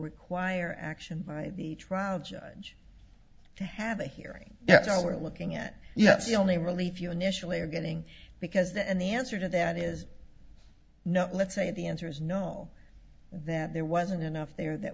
require action by the trial judge to have a hearing that's why we're looking at yes the only relief you initially are getting because the and the answer to that is no let's say the answer is no that there wasn't enough there that